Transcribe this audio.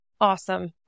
Awesome